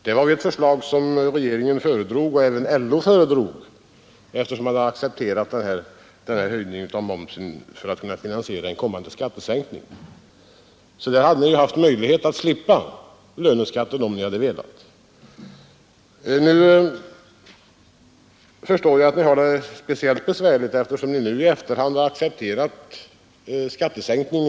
Detta var ett förslag som regeringen och även LO föredrog, eftersom man hade accepterat höjningen av momsen för att kunna finansiera den kommande skattesänkningen. Ni hade alltså haft möjlighet att slippa löneskatten, om ni hade velat. Nu förstår jag att ni har det speciellt besvärligt eftersom ni i efterhand har accepterat skattesänkningen.